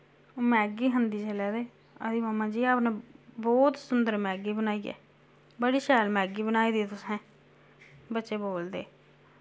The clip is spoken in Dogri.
ओह् मैगी खंदी जिसलै ते आखदी मम्मा जी आपने बोह्त सुंदर मैगी बनाई ऐ बड़ी शैल मैगी बनाई दी तुसें बच्चे बोलदे